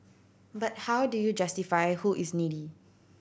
but how do you justify who is needy